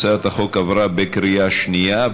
הצעת החוק עברה בקריאה שנייה.